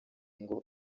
ngo